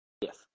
yes